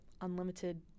unlimited